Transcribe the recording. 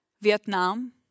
Vietnam